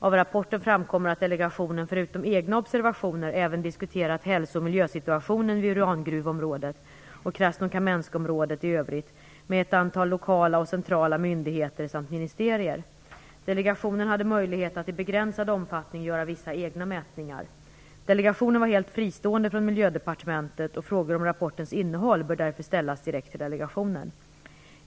Av rapporten framkommer att delegationen förutom egna observationer även diskuterat hälso och miljösituationen vid urangruvområdet och Krasnokamenskområdet i övrigt med ett antal lokala och centrala myndigheter samt ministerier. Delegationen hade möjlighet att i begränsad omfattning göra vissa egna mätningar. Delegationen var helt fristående från Miljödepartementet. Frågor om rapportens innehåll bör därför ställas direkt till delegationen.